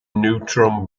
neutron